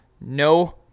no